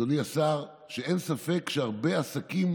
אדוני השר, שאין ספק שהרבה עסקים